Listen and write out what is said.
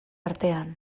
artean